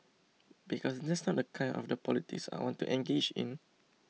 because that's not the kind of the politics I want to engage in